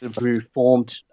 reformed